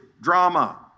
drama